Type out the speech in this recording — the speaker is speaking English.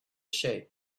shape